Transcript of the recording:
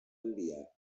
enviar